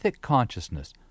consciousness